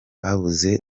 babuze